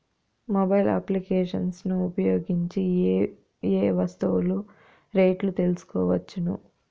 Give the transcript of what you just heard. Mobile applications ను ఉపయోగించి ఏ ఏ వస్తువులు రేట్లు తెలుసుకోవచ్చును?